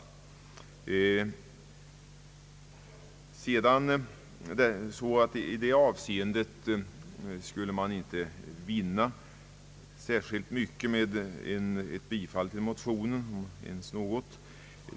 I detta avseende skulle man inte vinna särskilt mycket med ett bifall till motionen — om ens något.